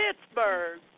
Pittsburgh